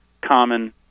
common